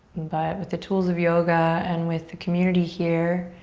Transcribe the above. but with the tools of yoga and with the community here,